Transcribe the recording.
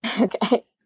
Okay